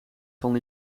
van